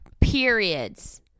Periods